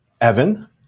Evan